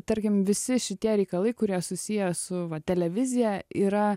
tarkim visi šitie reikalai kurie susiję su va televizija yra